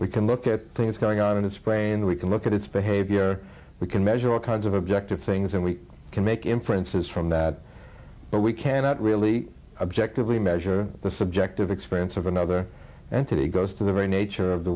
we can look at things going on in its brain we can look at its behavior we can measure all kinds of objective things and we can make inferences from that but we cannot really objectively measure the subjective experience of another entity goes to the very nature of the